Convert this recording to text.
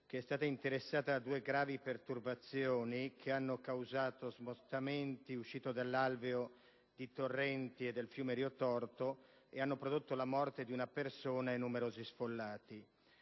che è stata interessata da due gravi perturbazioni che hanno causato smottamenti e uscite dall'alveo di torrenti e del fiume Rio Torto, provocando la morte di una persona e numerosi sfollati.